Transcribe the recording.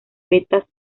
vetas